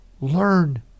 Learn